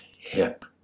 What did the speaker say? hip